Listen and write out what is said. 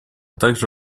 также